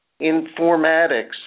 informatics